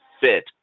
fit